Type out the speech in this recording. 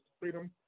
freedom